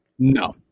No